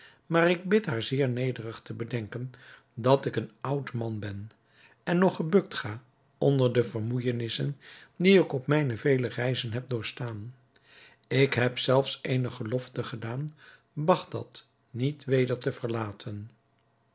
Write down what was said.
maar ik bid haar zeer nederig te bedenken dat ik een oud man ben en nog gebukt ga onder de vermoeijenissen die ik op mijne vele reizen heb doorgestaan ik heb zelfs eene gelofte gedaan bagdad niet weder te verlaten